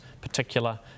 particular